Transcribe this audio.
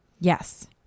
Yes